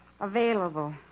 available